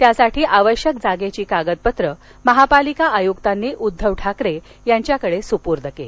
त्यासाठी आवश्यक जागेची कागदपत्रं महापालिका आयुक्तांनी उद्धव ठाकरे यांच्याकडे सुपूर्द केली